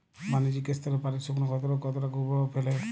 বাণিজ্যিক স্তরে পাটের শুকনো ক্ষতরোগ কতটা কুপ্রভাব ফেলে?